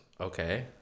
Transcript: Okay